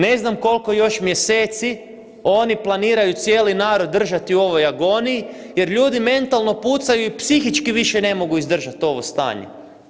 Ne znam koliko još mjeseci oni planiraju cijeli narod držati u ovoj agoniji jer ljudi mentalno pucaju i psihički više ne mogu izdržati ovo stanje.